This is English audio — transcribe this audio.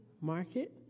market